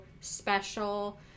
special